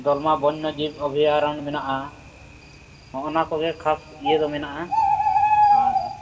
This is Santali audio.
ᱫᱚᱞᱢᱟ ᱵᱚᱱᱱᱚᱡᱤᱵᱽ ᱚᱵᱷᱚᱭᱟᱨᱚᱱ ᱢᱮᱱᱟᱜᱼᱟ ᱦᱚᱜᱼᱚᱸᱭ ᱚᱱᱟᱠᱚᱜᱮ ᱠᱷᱟᱥ ᱤᱭᱟᱹᱫᱚ ᱢᱮᱱᱟᱜᱼᱟ ᱟᱨ